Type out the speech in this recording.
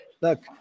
look